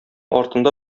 артында